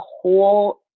whole